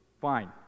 fine